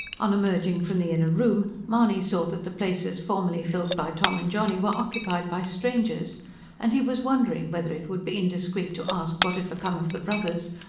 on emerging from the inner room, mahony saw that the places formerly filled by tom and johnny were occupied by strangers and he was wondering whether it would be indiscreet to ask what had become of the brothers,